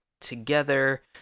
together